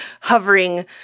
hovering